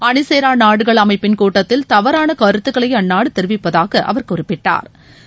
அணிசேரா நாடுகள் அமைப்பின் கூட்டத்தில் தவறான கருத்துகளை அந்நாடு தெரிவிப்பதாக அவர் குறிப்பிட்டாா்